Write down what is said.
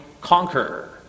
conquer